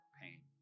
pain